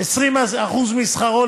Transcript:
20% משכרו,